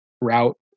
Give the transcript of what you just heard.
route